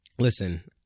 listen